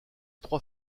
trois